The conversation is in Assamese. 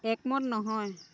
একমত নহয়